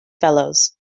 fellows